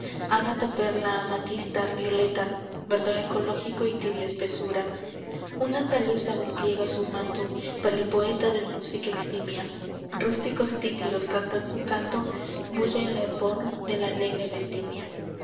hermosura ágata perla amatista violeta verdor eclógico y tibia espesura una andaluza despliega su manto para el poeta de música eximia rústicos títiros cantan su canto bulle el hervor de la alegre vendimia